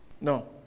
No